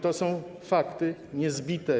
To są fakty niezbite.